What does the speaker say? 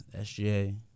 SGA